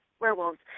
Werewolves